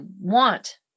want